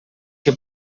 que